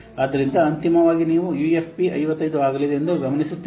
ಆದ್ದರಿಂದ ಅಂತಿಮವಾಗಿ ನೀವು UFP 55 ಆಗಲಿದೆ ಎಂದು ಗಮನಿಸುತ್ತಿದ್ದೀರಿ